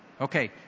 Okay